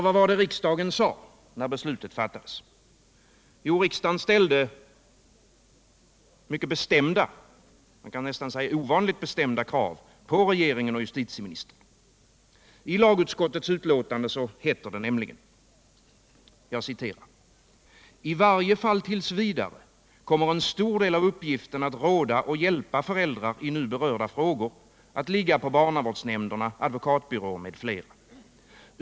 Vad var det riksdagen uttalade när beslutet fattades? Jo, riksdagen ställde mycket bestämda — man kan säga ovanligt bestämda — krav på regeringen och justitieministern. I lagutskottets betänkande hette det nämligen: ”I varje fall tills vidare kommer en stor del av uppgiften att råda och hjälpa föräldrar i nu berörda frågor att ligga på barnavårdsnämnderna, advokatbyråer m.fl.